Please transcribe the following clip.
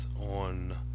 on